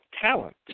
talent